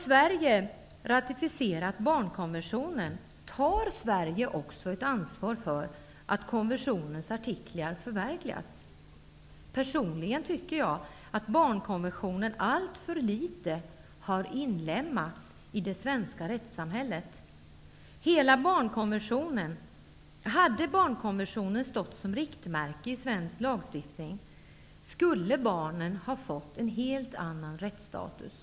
Sverige också ansvar för att konventionens artiklar förverkligas. Personligen tycker jag att barnkonventionen alltför litet har inlemmats i det svenska rättssamhället. Hade barnkonventionen stått som riktmärke i svensk lagstiftning skulle barn ha fått en helt annan rättsstatus.